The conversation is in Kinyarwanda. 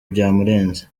byamurenze